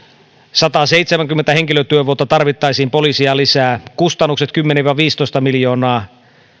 sataseitsemänkymmentä henkilötyövuotta tarvittaisiin poliiseja lisää kustannukset kymmenen viiva viisitoista miljoonaa